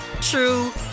true